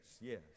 yes